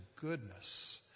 goodness